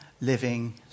living